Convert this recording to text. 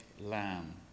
lamb